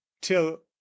till